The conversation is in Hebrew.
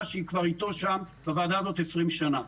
שהיא כבר איתו שם בוועדה הזאת 20 שנה.